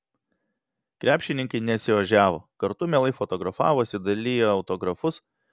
krepšininkai nesiožiavo kartu mielai fotografavosi dalijo autografus